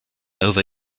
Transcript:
over